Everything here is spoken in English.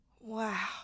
Wow